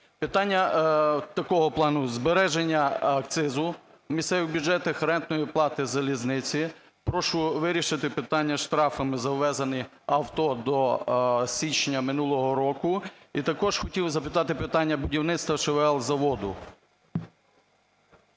Питання такого плану: збережена акцизу в місцевих бюджетах, рентної плати залізниці. Прошу вирішити питання з штрафами за ввезені авто до січня минулого року. І також хотів запитати питання будівництва ШВЛ-заводу.